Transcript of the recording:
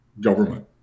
government